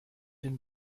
den